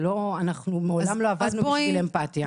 מעולם לא עבדנו בשביל אמפתיה.